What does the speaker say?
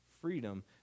freedom